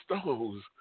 stones